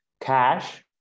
cash